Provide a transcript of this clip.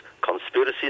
conspiracy